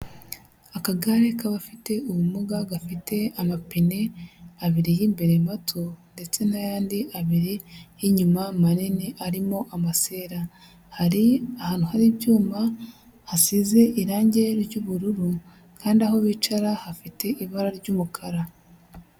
Akagare k'abafite ubumuga gafite amapine abiri y'imbere mato ndetse n'ayandi abiri y'inyuma manini arimo amasera, hari ahantu hari ibyuma hasize irangi ry'ubururu kandi aho bicara hafite ibara ry'umukara.